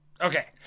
Okay